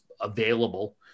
available